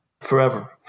forever